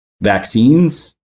vaccines